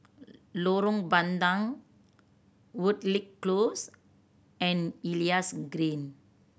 Lorong Bandang Woodleigh Close and Elias Green